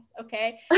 okay